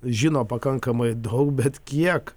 žino pakankamai daug bet kiek